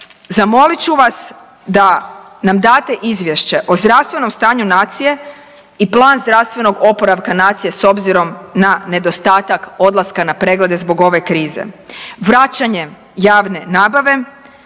zamolit ću vas da nam date o zdravstvenom stanju nacije i plan zdravstvenog oporavka nacije s obzirom na nedostatak odlaska na preglede zbog ove krize. Vraćanjem javne nabave